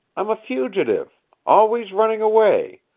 i'm a fugitive always running away,